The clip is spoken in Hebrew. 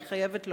אני חייבת לומר.